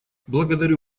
благодарю